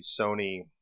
sony